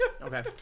Okay